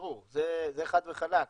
ברור, זה חד וחלק.